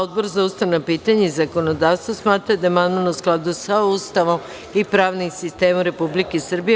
Odbor za ustavna pitanja i zakonodavstvo smatra da je amandman u skladu sa Ustavom i pravnim sistemom Republike Srbije.